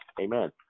Amen